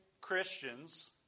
Christians